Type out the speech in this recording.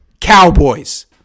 Cowboys